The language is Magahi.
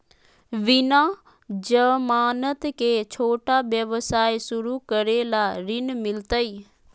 बिना जमानत के, छोटा व्यवसाय शुरू करे ला ऋण मिलतई?